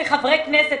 כחברי כנסת,